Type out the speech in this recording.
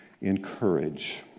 encourage